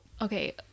okay